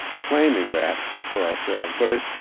claiming that for ourselves. but it,